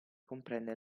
comprende